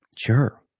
sure